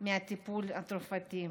מהטיפול התרופתי.